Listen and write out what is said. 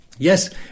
Yes